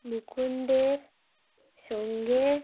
মুকুন্দের সঙ্গে